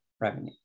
revenue